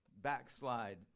backslide